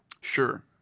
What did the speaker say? Sure